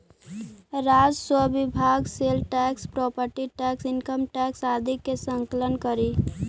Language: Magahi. राजस्व विभाग sale tax property tax income tax आदि के संकलन करऽ हई